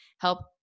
help